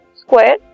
square